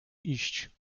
iść